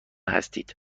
هستید